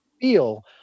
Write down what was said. feel